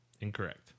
Incorrect